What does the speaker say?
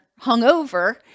hungover